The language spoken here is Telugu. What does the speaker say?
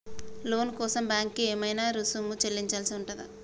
లోను కోసం బ్యాంక్ కి ఏమైనా రుసుము చెల్లించాల్సి ఉందా?